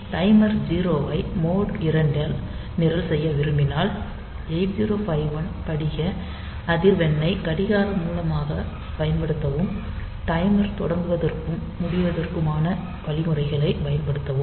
timer 0 ஐ mode 2 இல் நிரல் செய்ய விரும்பினால் 8051 படிக அதிர்வெண்ணை கடிகார மூலமாகப் பயன்படுத்தவும் டைமர் தொடங்குவதற்கும் முடிவதற்குமான வழிமுறைகளைப் பயன்படுத்தவும்